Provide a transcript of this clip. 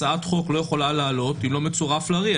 הצעת חוק לא יכולה לעלות אם לא מצורף לה רי"ע,